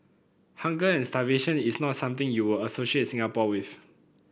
hunger and starvation is not something you would associate Singapore with